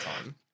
time